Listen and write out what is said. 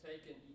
taken